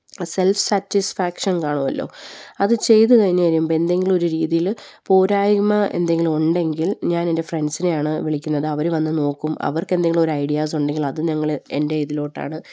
self satisfaction കാണുമല്ലോ അത് ചെയ്തുകഴിഞ്ഞ് വരുമ്പോള് എന്തെങ്കിലുമൊരു രീതിയില് പോരായ്മ എന്തെങ്കിലും ഉണ്ടെങ്കിൽ ഞാൻ എൻ്റെ ഫ്രണ്ട്സിനെയാണ് വിളിക്കുന്നത് അവര് വന്ന് നോക്കും അവർക്കെന്തെങ്കിലും ഒരു ഐഡിയാസുണ്ടെങ്കിൽ അത് ഞങ്ങള് എൻ്റെ ഇതിലേക്കാണ്